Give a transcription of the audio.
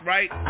Right